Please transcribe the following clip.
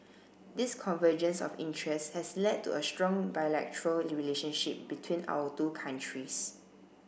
this convergence of interest has led to a strong bilateral relationship between our two countries